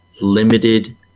limited